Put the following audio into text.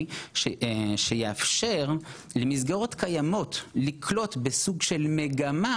שיאפשר למסגרות קיימות לקלוט בסוג של מגמה